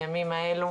בנפרד,